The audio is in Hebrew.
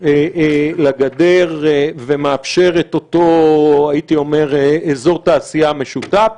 לגדר ומאפשר את אותו אזור תעשייה משותף.